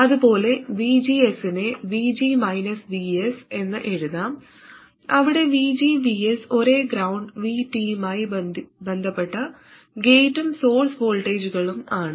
അതുപോലെ VGS നെ VG VS എന്ന് എഴുതാം അവിടെ VG VS ഒരേ ഗ്രൌണ്ട് VT മായി ബന്ധപ്പെട്ട ഗേറ്റും സോഴ്സ് വോൾട്ടേജുകളും ആണ്